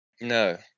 No